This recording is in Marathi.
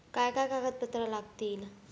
काय काय कागदपत्रा लागतील?